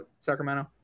Sacramento